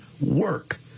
work